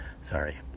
sorry